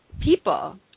people